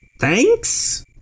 Thanks